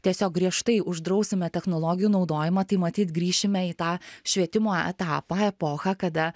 tiesiog griežtai uždrausime technologijų naudojimą tai matyt grįšime į tą švietimo etapą epochą kada